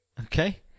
Okay